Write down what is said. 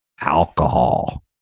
alcohol